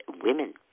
women